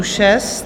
6.